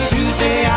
Tuesday